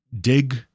dig